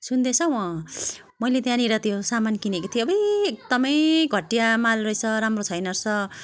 सुन्दैछौ अँ मैले त्यहाँनिर त्यो सामान किनेको थिएँ अबुई एकदमै घटिया माल रहेछ राम्रो छैन रहेछ